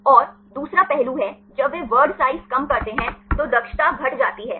और दूसरा पहलू है जब वे वर्ड साइज कम करते हैं तो दक्षता घट जाती है